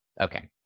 Okay